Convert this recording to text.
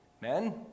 Men